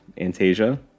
Antasia